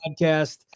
podcast